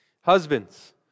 Husbands